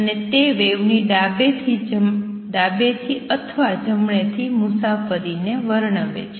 અને તે વેવની ડાબેથી અથવા જમણેથી મુસાફરી ને વર્ણવે છે